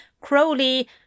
Crowley